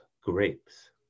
grapes